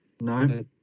No